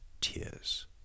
Tears